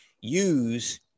use